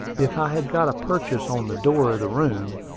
if i had got a purchase on the door of the room,